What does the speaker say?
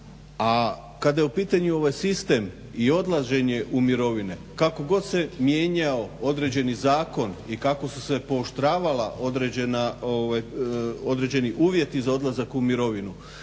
A kada je u pitanju ovaj sistem i odlaženje u mirovine, kako god se mijenjao određeni zakon i kako su se pooštravala određena, određeni uvjeti za odlazak u mirovinu